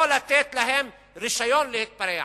לא לתת להם רשיון להתפרע.